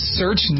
search